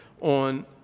on